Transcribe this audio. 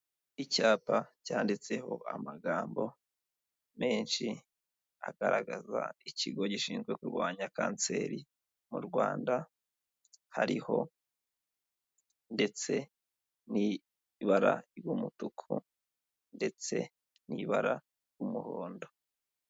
Icyapa cyanditseho amagambo menshi, agaragaza ikigo gishinzwe kurwanya Kanseri mu Rwanda, hariho ndetse n'ibara ry'umutuku ndetse n'ibara ry'umuhondo.